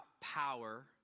power